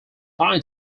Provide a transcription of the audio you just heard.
nine